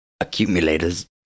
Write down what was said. accumulators